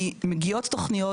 כי מגיעות תוכניות,